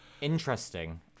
Interesting